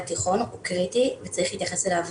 החטיבה לתיכון הוא קריטי וצריך להתייחס אליו